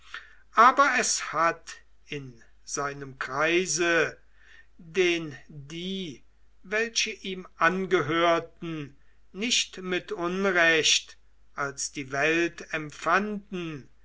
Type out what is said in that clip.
aber es hat in seinem kreise den die welche ihm angehörten nicht mit unrecht als die welt empfanden